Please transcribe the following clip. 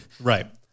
Right